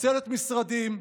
מפצלת משרדים,